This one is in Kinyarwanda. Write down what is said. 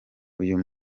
uyu